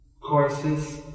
courses